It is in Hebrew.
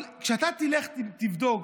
אבל כשאתה תלך ותבדוק,